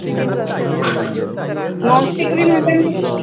ਹਾਂ non stick ਵੀ ਮਿਲ ਜਾਣਗੇ